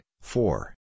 four